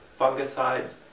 fungicides